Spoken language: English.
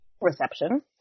reception